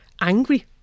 angry